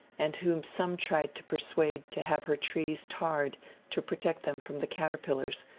and whom some tried to persuade to have her trees tarred to protect them from the caterpillars,